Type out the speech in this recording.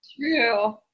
True